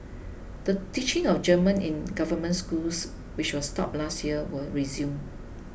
the teaching of German in government schools which was stopped last year will resume